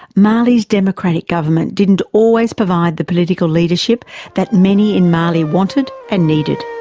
mali's democratic government didn't always provide the political leadership that many in mali wanted and needed.